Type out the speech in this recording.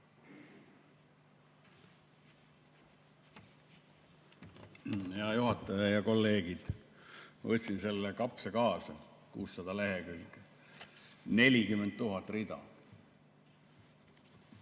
Hea juhataja ja kolleegid! Ma võtsin selle kapsa kaasa – 600 lehekülge, 40 000 rida.